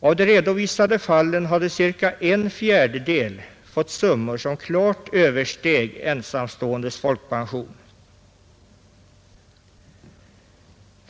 och av de redovisade fallen hade ca en fjärdedel fått summor som klart översteg ensamståendes folkpension.